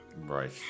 right